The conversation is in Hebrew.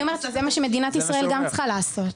אבל אני אומרת שזה מה שמדינת ישראל גם צריכה לעשות.